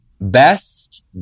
Best